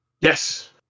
Yes